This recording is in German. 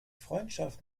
freundschaft